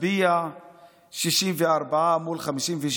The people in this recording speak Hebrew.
נצביע 64 מול 56,